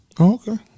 Okay